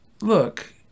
look